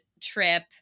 trip